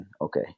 Okay